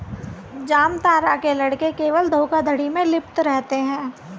जामतारा के लड़के केवल धोखाधड़ी में लिप्त रहते हैं